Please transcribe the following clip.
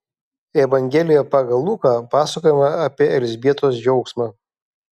evangelijoje pagal luką pasakojama apie elzbietos džiaugsmą